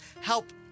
help